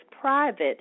private